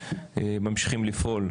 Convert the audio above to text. ממשיכים לפעול,